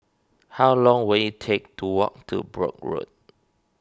how long will it take to walk to Brooke Road